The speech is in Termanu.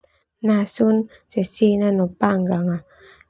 Nasun sesena no panggang.